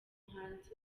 muhanzi